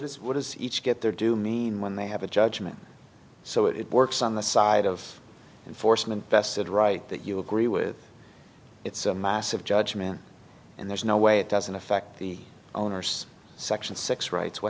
is what does each get their due mean when they have a judgment so it works on the side of force and vested right that you agree with it's a massive judgement and there's no way it doesn't affect the owners section six rights what